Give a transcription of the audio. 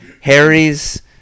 Harry's